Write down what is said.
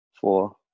four